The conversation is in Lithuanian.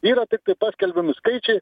yra tiktai paskelbiami skaičiai